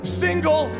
single